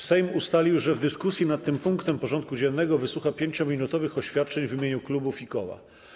Sejm ustalił, że w dyskusji nad tym punktem porządku dziennego wysłucha 5-minutowych oświadczeń w imieniu klubów i koła.